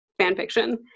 fanfiction